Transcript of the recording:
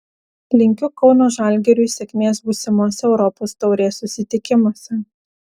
linkiu kauno žalgiriui sėkmės būsimose europos taurės susitikimuose